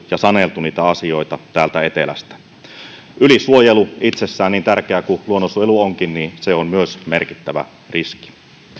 ja saneltu niitä asioita täältä etelästä ylisuojelu itsessään niin tärkeää kuin luonnonsuojelu onkin on myös merkittävä riski